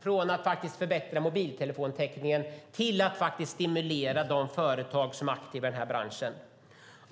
från att förbättra mobiltelefontäckningen till att stimulera de företag som är aktiva i den här branschen.